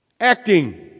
acting